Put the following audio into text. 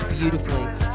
beautifully